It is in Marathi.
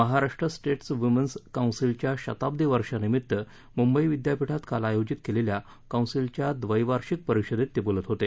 महाराष्ट्र स्टेट वुमेन्स काऊन्सिलच्या शताब्दी वर्षानिमित्त मुंबई विद्यापीठात काल आयोजित केलेल्या काऊन्सिलच्या ड्रैवार्षिक परिषदेत ते बोलत होते